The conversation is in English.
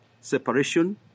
separation